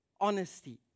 Honesty